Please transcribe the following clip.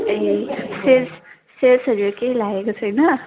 ए sales सेल्सहरू केही लागेको छैन